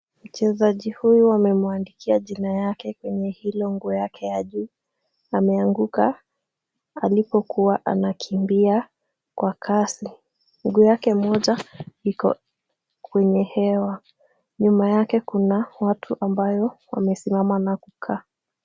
Mchezaji huyu wamemwandikia jina yake kwenye hilo nguo yake ya juu. Ameanguka alipokuwa anakimbia kwa kasi. Nguo yake moja iko kwenye hewa. Nyuma yake kuna watu ambayo wamesimama na kukaa.